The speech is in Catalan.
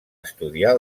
estudiar